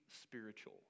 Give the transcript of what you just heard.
spiritual